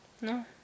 no